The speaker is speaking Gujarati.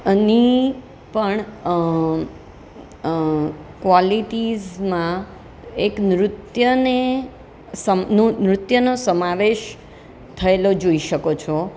અને પણ ક્વોલિટીઝમાં એક નૃત્યને અ એક નૃત્યનો સમાવેશ થયેલો જોઈ શકો છો